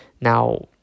Now